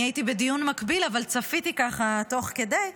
אני הייתי בדיון מקביל, אבל צפיתי תוך כדי,